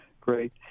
great